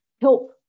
help